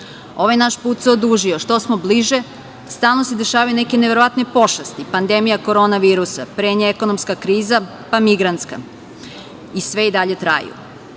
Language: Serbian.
naš put se odužio, što smo bliže, stalno se dešavaju neke neverovatne pošasti, pandemija korona virusa, pre nje ekonomska kriza, pa migrantska, i sve i dalje traju. Od